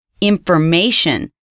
information